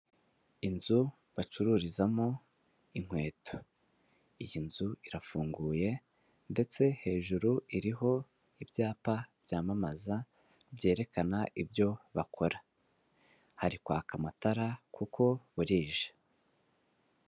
Inzu bacururizamo inkweto, iyi nzu irafunguye ndetse hejuru iriho ibyapa byamamaza, byerekana ibyo bakora, hari kwaka amatara kuko burije.